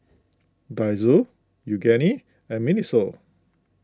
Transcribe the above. Daiso Yoogane and Miniso